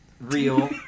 real